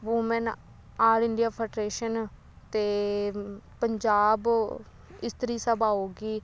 woman all India federation ਅਤੇ ਪੰਜਾਬ ਇਸਤਰੀ ਸਭਾ ਹੋ ਗਈ